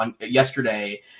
yesterday